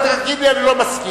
תגיד לי: אני לא מסכים.